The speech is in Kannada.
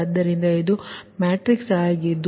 ಆದ್ದರಿಂದ ಇದು ಮ್ಯಾಟ್ರಿಕ್ಸ್ ಆಗಿದೆ